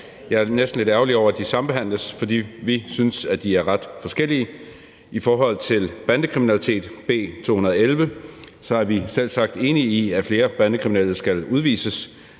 Jeg er næsten lidt ærgerlig over, at de sambehandles, for vi synes, at de er ret forskellige. I forhold til bandekriminalitet, B 211, så er vi selvsagt enige i, at flere bandekriminelle skal udvises